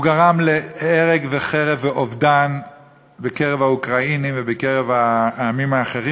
הוא גרם להרג וחרב ואובדן בקרב האוקראינים ובקרב העמים האחרים,